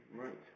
Right